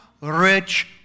rich